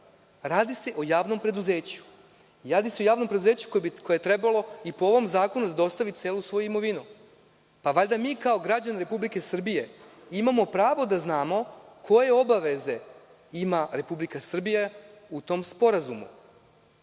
bude tajna. Radi se o javnom preduzeću koje bi trebalo i po ovom zakonu da dostavi celu svoju imovinu. Valjda mi kao građani Republike Srbije imamo pravo da znamo koje obaveze ima Republika Srbija u tom sporazumu. Čujemo